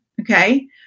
okay